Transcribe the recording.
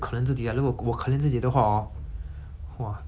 这样我怎样站起来对不对